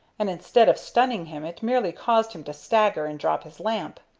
and instead of stunning him it merely caused him to stagger and drop his lamp.